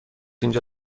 اینجا